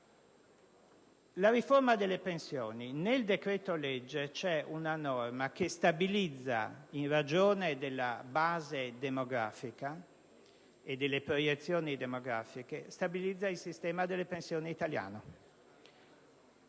la riforma delle pensioni. Nel decreto-legge è prevista una norma che stabilizza, in ragione della base demografica e delle proiezioni demografiche, il sistema delle pensioni italiano.